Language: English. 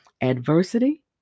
adversity